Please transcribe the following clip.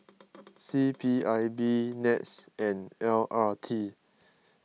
C P I B NETS and L R T